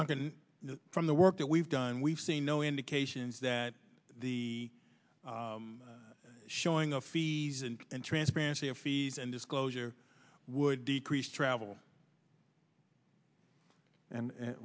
know from the work that we've done we've seen no indications that the showing of fees and and transparency of fees and disclosure would decrease travel and